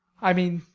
i mean,